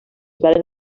varen